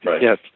Yes